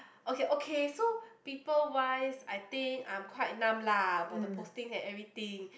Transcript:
okay okay so people wise I think I'm quite numb lah about the posting and everything